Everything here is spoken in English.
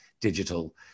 digital